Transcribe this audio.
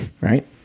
right